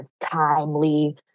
timely